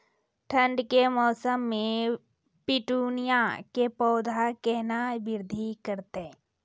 ठंड के मौसम मे पिटूनिया के पौधा केना बृद्धि करतै?